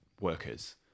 workers